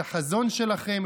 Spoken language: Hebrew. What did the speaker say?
את החזון שלכם,